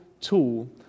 tool